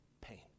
pain